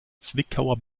zwickauer